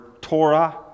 Torah